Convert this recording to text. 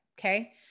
Okay